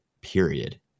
period